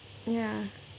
ya